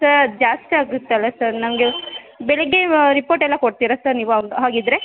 sir ಜಾಸ್ತಿಯಾಗುತ್ತೆಲ್ಲ sir ನನಗೆ ಬೆಳಿಗ್ಗೆ ವ ರಿಪೋರ್ಟೆಲ್ಲ ಕೊಡ್ತೀರಾ ಸರ್ ನೀವು ಹಾಗಿದ್ರೆ